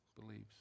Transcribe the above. believes